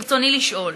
ברצוני לשאול: